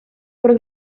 por